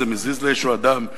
זה מזיז לאיזה אדם,